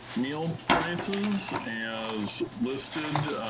meal prices as listed,